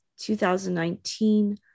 2019